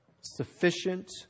sufficient